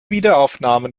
wiederaufnahme